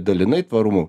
dalinai tvarumu